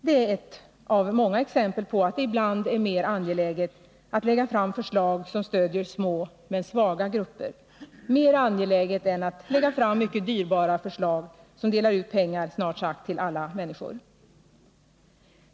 Det är ett av många exempel på att det ibland är mer angeläget att lägga fram förslag som stödjer små men svaga grupper än att lägga fram mycket dyrbara förslag som delar ut pengar snart sagt till alla människor.